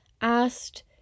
asked